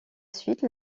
suite